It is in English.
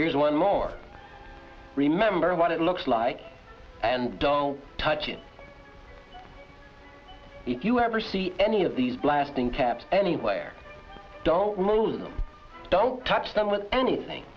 here's one more remember what it looks like and don't touch it if you ever see any of these blasting caps anywhere don't move them don't touch them with anything